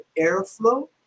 airflow